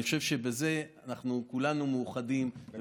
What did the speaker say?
אני חושב שבזה כולנו מאוחדים, לגמרי.